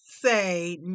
say